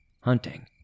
hunting